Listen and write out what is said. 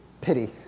pity